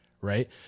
right